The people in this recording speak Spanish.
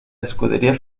escudería